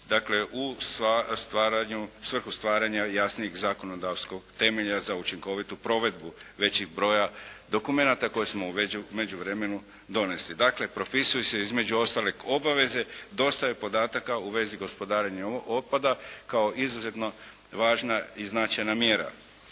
Dakle, u svrhu stvaranja jasnijeg zakonodavskog temelja za učinkovitu provedbu većih broja dokumenata koje smo u međuvremenu donesli. Dakle, propisuju se između ostalog obaveze, dostave podataka u vezi gospodarenjem otpada kao izuzetno važna i značajna mjera.